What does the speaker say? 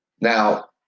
Now